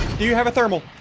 do you have a thermal?